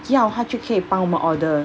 要她就可以帮我们 order